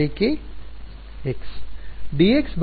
ವಿದ್ಯಾರ್ಥಿ ಜೆಕೆಎಕ್ಸ್